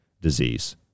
disease